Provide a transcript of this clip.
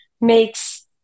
makes